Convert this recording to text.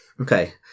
Okay